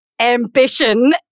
ambition